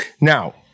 Now